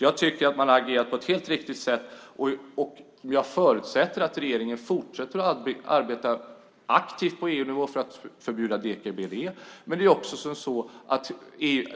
Jag tycker att man agerat på ett helt riktigt sätt, och jag förutsätter att regeringen fortsätter att arbeta aktivt på EU-nivå för att förbjuda deka-BDE.